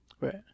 right